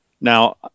Now